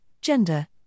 gender